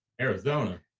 Arizona